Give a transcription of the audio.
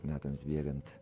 metams bėgant